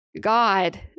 God